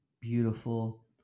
beautiful